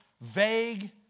vague